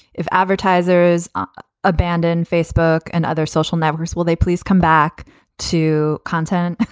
if advertisers abandon facebook and other social networks, will they please come back to content?